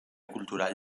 cultural